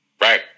right